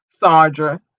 Sardra